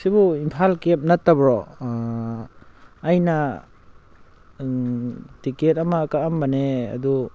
ꯁꯤꯕꯨ ꯏꯝꯐꯥꯜ ꯀꯦꯞ ꯅꯠꯇꯕ꯭ꯔꯣ ꯑꯩꯅ ꯇꯤꯛꯀꯦꯠ ꯑꯃ ꯀꯛꯑꯝꯕꯅꯦ ꯑꯗꯨ